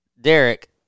Derek